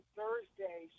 Thursday